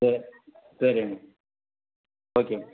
சரி சரிங்க ஓகேங்